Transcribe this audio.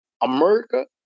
America